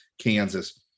Kansas